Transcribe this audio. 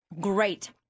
Great